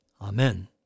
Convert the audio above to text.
Amen